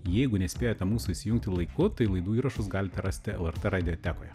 jeigu nespėjote mūsų įsijungti laiku tai laidų įrašus galite rasti lrt radiotekoje